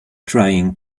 trying